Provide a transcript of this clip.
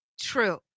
true